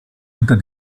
unter